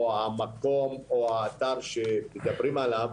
המקום או האתר שמדברים עליו,